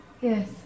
Yes